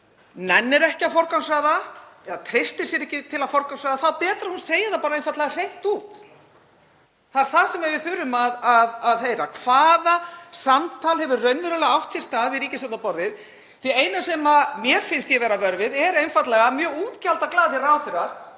nennir ekki að forgangsraða eða treystir sér ekki til að forgangsraða þá er betra að hún segi það einfaldlega hreint út. Það er það sem við þurfum að heyra. Hvaða samtal hefur raunverulega átt sér stað við ríkisstjórnarborðið? Það eina sem mér finnst ég verða vör við er einfaldlega mjög útgjaldaglaðir ráðherrar